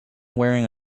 wearing